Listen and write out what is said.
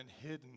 hidden